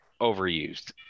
overused